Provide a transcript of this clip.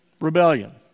rebellion